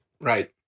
Right